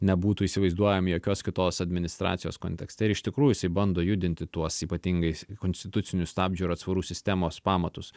nebūtų įsivaizduojami jokios kitos administracijos kontekste iš tikrųjų jisai bando judinti tuos ypatingais konstitucinių stabdžių ir atsvarų sistemos pamatus